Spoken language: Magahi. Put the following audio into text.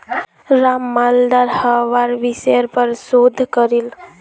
राम मालदार हवार विषयर् पर शोध करील